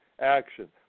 action